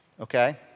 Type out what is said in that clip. Okay